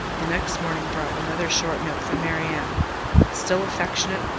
the next morning brought another short note from marianne still affectionate,